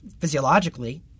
physiologically